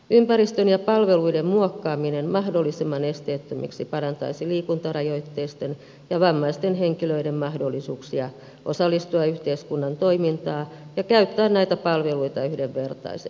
ympäristön ja palveluiden muokkaaminen mahdollisimman esteettömiksi parantaisi liikuntarajoitteisten ja vammaisten henkilöiden mahdollisuuksia osallistua yhteiskunnan toimintaan ja käyttää näitä palveluita yhdenvertaisesti